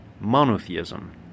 monotheism